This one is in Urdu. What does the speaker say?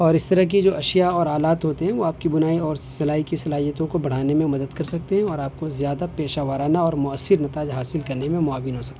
اور اس طرح کے جو اشیاء اور آلات ہوتے ہیں وہ آپ کی بنائی اور سلائی کی صلاحیتوں کو بڑھانے میں مدد کر سکتے ہیں اور آپ کو زیادہ پیشہ ورانہ اور مؤثر نتائج حاصل کرنے میں معاون ہو سک